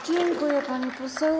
Dziękuję, pani poseł.